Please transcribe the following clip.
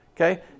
Okay